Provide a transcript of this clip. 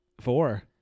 Four